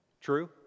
True